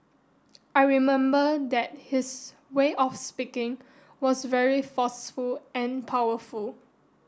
I remember that his way of speaking was very forceful and powerful